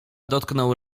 dotknął